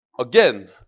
Again